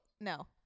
No